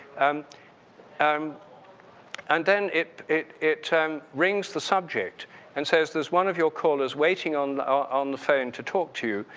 and um and then it it turn rings the subject and so as this one of your callers waiting on ah on the phone to talk to you,